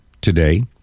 today